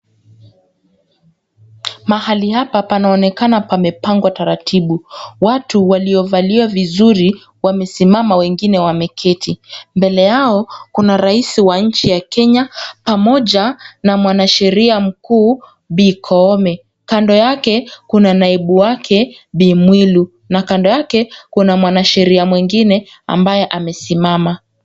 Mahali hapa panaonekana pamepangwa taratibu, watu waliovalia vizuri wamesimama wengine wameketi. Mbele yao kuna rais wa nchi ya Kenya pamoja na mwanasheria mkuu Bi Koome. Kando yake kuna naibu wake Bi Mwilu na kando yake kuna mwanasheria mwengine ambaye amesimama.